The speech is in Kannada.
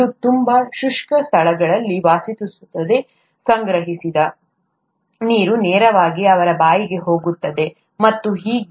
ಇದು ತುಂಬಾ ಶುಷ್ಕ ಸ್ಥಳಗಳಲ್ಲಿ ವಾಸಿಸುತ್ತದೆ ಮತ್ತು ಸಂಗ್ರಹಿಸಿದ ನೀರು ನೇರವಾಗಿ ಅದರ ಬಾಯಿಗೆ ಹೋಗುತ್ತದೆ ಮತ್ತು ಹೀಗೆ